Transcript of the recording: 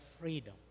freedom